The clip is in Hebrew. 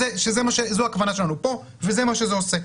שזו הכוונה שלנו פה וזה מה שזה עושה.